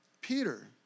Peter